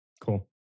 cool